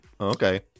Okay